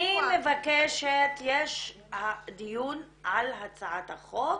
אני מבקשת, הדיון על הצעת החוק.